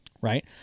right